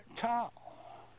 tall